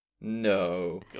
No